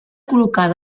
col·locar